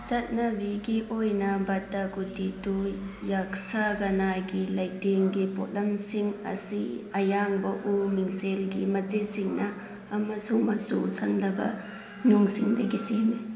ꯆꯠꯅꯕꯤꯒꯤ ꯑꯣꯏꯅ ꯕꯗꯒꯨꯇꯤꯇꯨ ꯌꯛꯁꯒꯅꯥꯒꯤ ꯂꯩꯇꯦꯡꯒꯤ ꯄꯣꯠꯂꯝꯁꯤꯡ ꯑꯁꯤ ꯑꯌꯥꯡꯕ ꯎ ꯃꯤꯡꯁꯦꯜꯒꯤ ꯃꯆꯦꯠꯁꯤꯡꯅ ꯑꯃꯁꯨꯡ ꯃꯆꯨ ꯁꯪꯂꯕ ꯅꯨꯡꯁꯤꯡꯗꯒꯤ ꯁꯦꯝꯃꯤ